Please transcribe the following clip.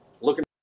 looking